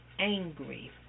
angry